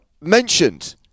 mentioned